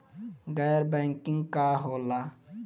गैर बैंकिंग का होला?